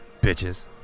Bitches